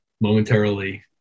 momentarily